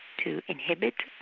to inhibit